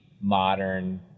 modern